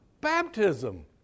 baptism